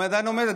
היא עדיין עומדת.